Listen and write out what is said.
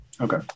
Okay